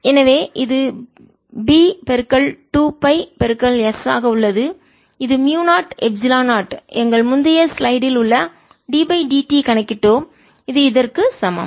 எனவே இது B 2பை s ஆக உள்ளது இது மியூ0 எப்சிலன் 0 எங்கள் முந்தைய ஸ்லைடில் உள்ள ddt கணக்கிட்டோம் இது இதற்கு சமம் B